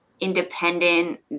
independent